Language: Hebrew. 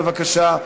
בבקשה,